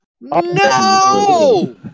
No